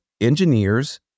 engineers